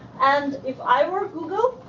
and if i were google,